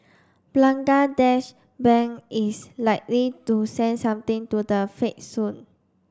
Bangladesh Bank is likely to send something to the Fed soon